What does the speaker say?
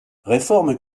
réformes